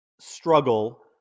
struggle